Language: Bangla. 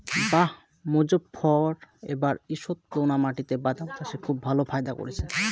বাঃ মোজফ্ফর এবার ঈষৎলোনা মাটিতে বাদাম চাষে খুব ভালো ফায়দা করেছে